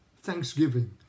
thanksgiving